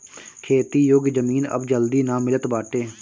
खेती योग्य जमीन अब जल्दी ना मिलत बाटे